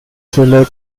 shire